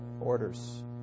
orders